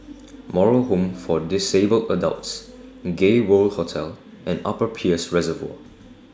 Moral Home For Disabled Adults Gay World Hotel and Upper Peirce Reservoir